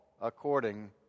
according